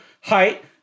height